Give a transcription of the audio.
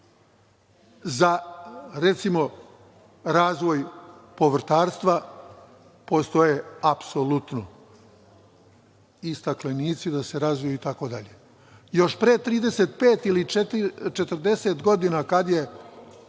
za, recimo, razvoj povrtarstva postoji apsolutno, kao i staklenici da se razviju itd. Još pre 35 ili 40 godina, kada je